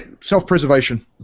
self-preservation